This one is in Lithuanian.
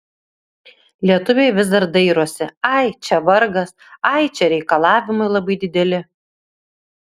lietuviai vis dar dairosi ai čia vargas ai čia reikalavimai labai dideli